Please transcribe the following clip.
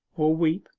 or weep,